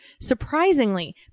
surprisingly